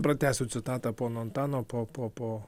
pratęsiu citatą pono antano po po po